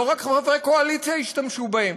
לא רק חברי קואליציה, השתמשו בהם.